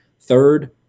third